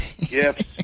Gifts